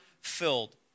filled